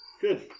Good